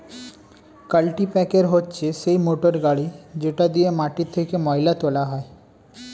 কাল্টিপ্যাকের হচ্ছে সেই মোটর গাড়ি যেটা দিয়ে মাটি থেকে ময়লা তোলা হয়